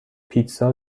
پیتزا